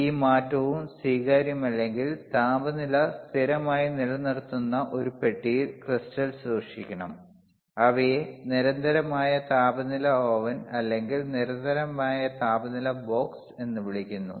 ഈ മാറ്റവും സ്വീകാര്യമല്ലെങ്കിൽ താപനില സ്ഥിരമായി നിലനിർത്തുന്ന ഒരു പെട്ടിയിൽ ക്രിസ്റ്റൽ സൂക്ഷിക്കണം അവയെ നിരന്തരമായ താപനില ഓവൻ അല്ലെങ്കിൽ നിരന്തരമായ താപനില ബോക്സ് എന്ന് വിളിക്കുന്നു